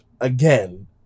again